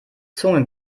zunge